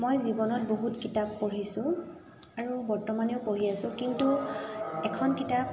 মই জীৱনত বহুত কিতাপ পঢ়িছোঁ আৰু বৰ্তমানেও পঢ়ি আছোঁ কিন্তু এখন কিতাপ